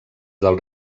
del